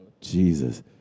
Jesus